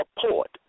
support